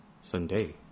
Sunday